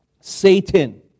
Satan